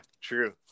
true